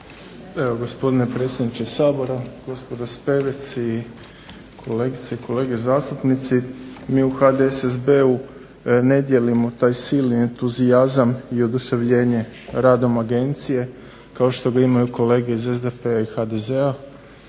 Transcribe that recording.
Evo gospodine predsjedniče Sabora, gospođo Spevec, kolegice i kolege zastupnici. Mi u HDSSB-u ne dijelimo taj silni entuzijazam i oduševljenje radom Agencije kao što ga imaju kolege iz SDP-a i HDZ-a